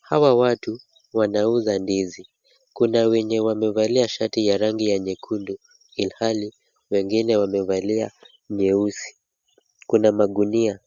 Hawa watu wanauza ndizi. Kuna wenye wamevalia shati ya rangi ya nyekundu, ilhali wengine wamevalia nyeusi. Kuna magunia.